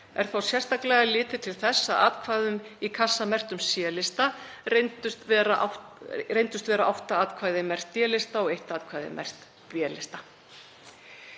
Er þá sérstaklega litið til þess að í kassa með atkvæðum merktum C-lista reyndust vera átta atkvæði merkt D-lista og eitt atkvæði merkt B-lista.